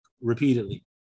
repeatedly